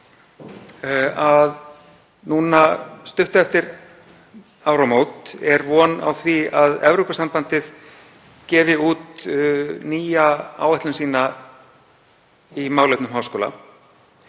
að stuttu eftir áramót er von á því að Evrópusambandið gefi út nýja áætlun í málefnum háskóla